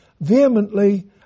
vehemently